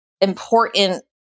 important